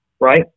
Right